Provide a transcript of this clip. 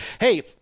Hey